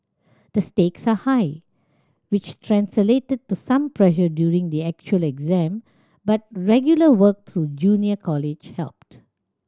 the stakes are high which translated to some pressure during the actual exam but regular work through junior college helped